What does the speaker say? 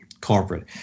corporate